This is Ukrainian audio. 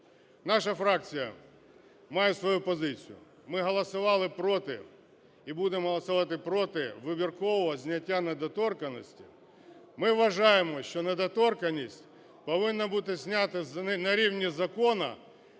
Наша фракція має свою позицію. Ми голосували проти і будемо голосувати проти вибіркового зняття недоторканності. Ми вважаємо, що недоторканність повинна бути знята на рівні закону